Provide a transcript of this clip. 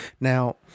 Now